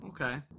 Okay